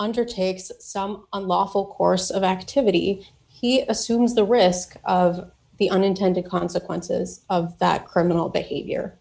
undertakes some unlawful course of activity he assumes the risk of the unintended consequences of that criminal behavior